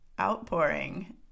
outpouring